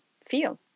feel